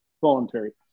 voluntary